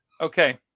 okay